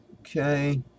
Okay